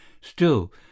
Still